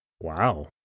Wow